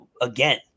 again